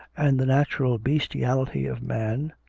and the natural bestiality of man,